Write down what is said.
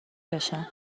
بشم